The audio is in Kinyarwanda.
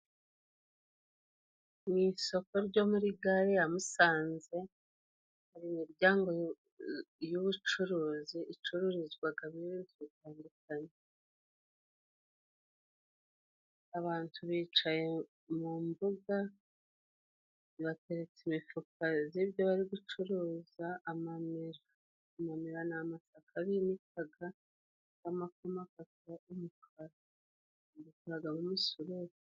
Mu isoko ryo muri gare ya Musanze hari imiryango y'ubucuruzi, icururizwagamo ibintu bitandukanye. Abantu bicaye mu mbuga bateretse imifuka z'ibyo bari gucuruza amamera. Amamera ni amasaka binikaga y'amakoma gakaba umukara, Bagakoragamo umusururu.